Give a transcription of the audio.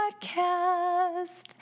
podcast